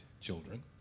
children